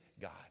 God